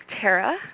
Tara